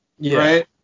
right